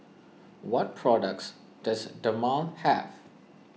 what products does Dermale have